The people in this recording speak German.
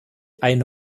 eine